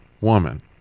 Woman